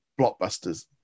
blockbusters